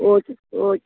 okay okay